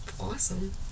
awesome